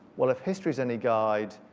well if history is any guide,